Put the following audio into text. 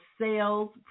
sales